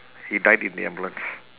he died in the ambulance